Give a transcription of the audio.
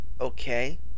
okay